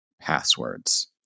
passwords